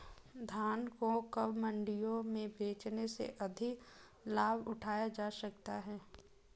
धान को कब मंडियों में बेचने से अधिक लाभ उठाया जा सकता है?